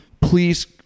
Please